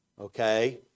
Okay